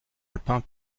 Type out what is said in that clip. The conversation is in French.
alpins